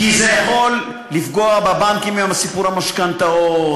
כי זה יכול לפגוע בבנקים, סיפור המשכנתאות,